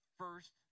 first